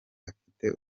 afite